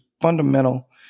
fundamental